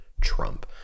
Trump